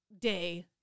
day